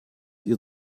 ihr